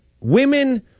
women